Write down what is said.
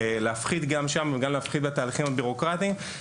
להפחית שם ולהפחית בתהליכים הביורוקרטיים.